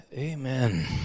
Amen